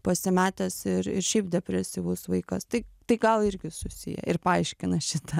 pasimetęs ir ir šiaip depresyvus vaikas tai tai gal irgi susiję ir paaiškina šitą